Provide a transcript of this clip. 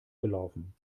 gelaufen